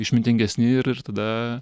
išmintingesni ir ir tada